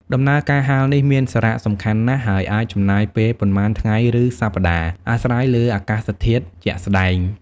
ដំណើរការហាលនេះមានសារៈសំខាន់ណាស់ ហើយអាចចំណាយពេលប៉ុន្មានថ្ងៃឬសប្តាហ៍ អាស្រ័យលើអាកាសធាតុជាក់ស្តែង។